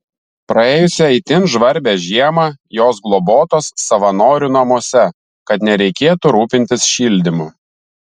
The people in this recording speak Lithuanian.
praėjusią itin žvarbią žiemą jos globotos savanorių namuose kad nereikėtų rūpintis šildymu